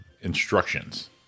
instructions